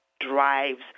drives